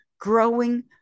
growing